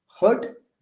hurt